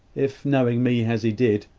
if, knowing me as he did.